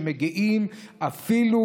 שמגיעים אפילו